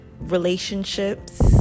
relationships